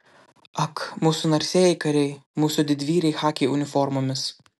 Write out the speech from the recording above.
ak mūsų narsieji kariai mūsų didvyriai chaki uniformomis